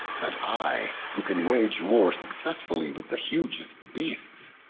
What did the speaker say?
that i, who can wage war successfully with the hugest beasts,